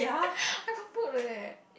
I got put leh